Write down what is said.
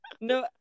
No